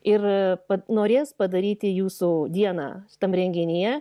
ir norės padaryti jūsų dieną tam renginyje